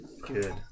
good